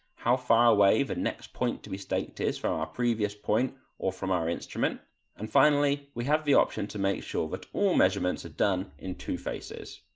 how far away the next point to be staked is from our previous point or from our instrument and finally we have the option to make sure that but all measurements are done in two faces.